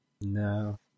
No